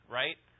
right